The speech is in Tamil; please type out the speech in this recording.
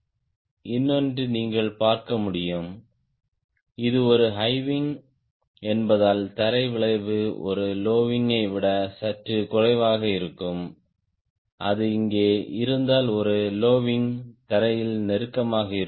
இன்னொன்று நீங்கள் பார்க்க முடியும் இது ஒரு ஹை விங் என்பதால் தரை விளைவு ஒரு லோ விங் விட சற்று குறைவாக இருக்கும் அது இங்கே இருந்தால் ஒரு லோ விங் தரையில் நெருக்கமாக இருக்கும்